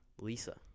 Lisa